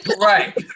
Right